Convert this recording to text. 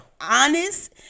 honest